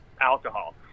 alcohol